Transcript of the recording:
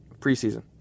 preseason